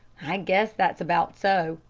i guess that's about so,